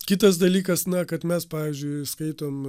kitas dalykas na kad mes pavyzdžiui skaitom